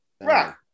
right